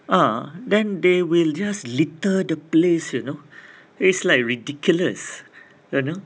ah then they will just litter the place you know it's like ridiculous you know